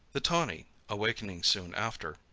the tawny, awaking soon after,